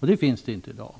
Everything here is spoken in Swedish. uppdrag. Det finns det inte i dag.